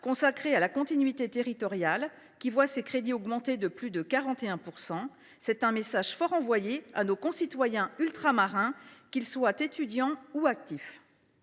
consacré à la continuité territoriale, qui voit ses crédits augmenter de plus de 41 %. C’est un message fort envoyé à nos concitoyens ultramarins, qu’ils soient étudiants ou actifs.